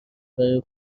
برای